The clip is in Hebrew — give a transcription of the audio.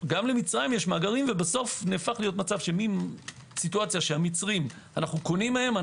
גם למצרים יש מאגרים ובסוף מסיטואציה שהמצרים אנו קונים מהם,